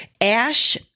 Ash